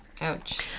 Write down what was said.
Ouch